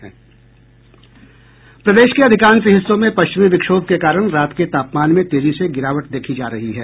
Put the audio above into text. प्रदेश के अधिकांश हिस्सों में पश्चिमी विक्षोभ के कारण रात के तापमान में तेजी से गिरावट देखी जा रही है